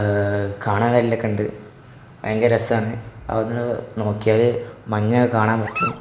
കാണാനെല്ലൊക്കെയുണ്ട് ഭയങ്കര രസമാണ് അവിടുന്നു നോക്കിയാൽ മഞ്ഞൊക്കെ കാണാൻ പറ്റും